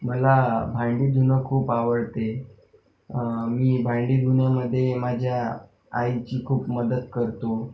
मला भांडी धुणं खूप आवडते मी भांडी धुण्यामधे माझ्या आईची खूप मदत करतो